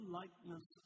likeness